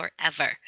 forever